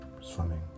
swimming